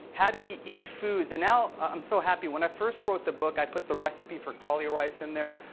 how do we eat foods? and now i'm so happy. when i first wrote the book, i put the recipe for cauli rice in there.